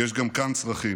כי יש גם כאן צרכים,